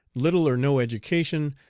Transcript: little or no education,